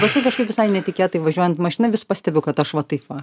paskui kažkaip visai netikėtai važiuojant mašina vis pastebiu kad aš va taip va